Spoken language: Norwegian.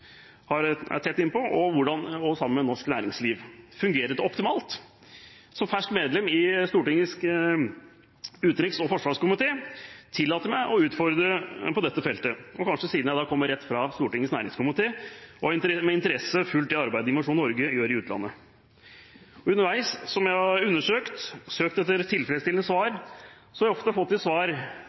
medlem i Stortingets utenriks- og forsvarskomité tillater jeg meg å utfordre på dette feltet, kanskje også siden jeg kommer rett fra Stortingets næringskomité og med interesse har fulgt det arbeidet Innovasjon Norge gjør i utlandet. Underveis som jeg har undersøkt og søkt etter tilfredsstillende svar, har jeg ofte fått til svar